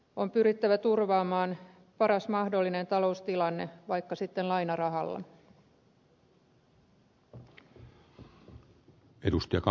on pyrittävä turvaamaan paras mahdollinen taloustilanne vaikka sitten lainarahalla